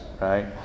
right